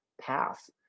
path